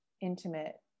intimate